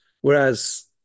Whereas